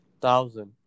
Thousand